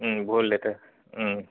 বহুত লেতেৰা